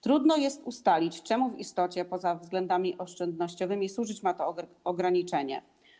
Trudno jest ustalić, czemu w istocie, poza względami oszczędnościowymi, służyć ma to ograniczenie.